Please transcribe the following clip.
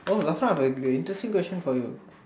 oh last one I have an interesting question for you